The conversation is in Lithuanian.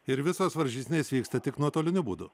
ir visos varžytinės vyksta tik nuotoliniu būdu